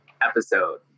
Episode